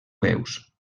veus